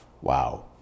wow